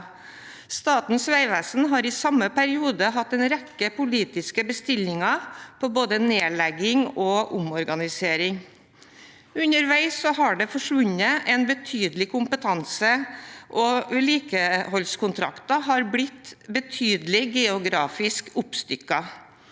Statens vegvesen har i samme periode hatt en rekke politiske bestillinger på både nedlegging og omorganisering. Underveis har det forsvunnet betydelig kompetanse, og vedlikeholdskontrakter har blitt betydelig geografisk oppstykket